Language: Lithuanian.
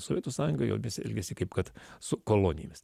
sovietų sąjunga su jomis elgiasi kaip kad su kolonijomis